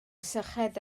syched